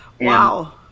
Wow